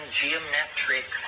geometric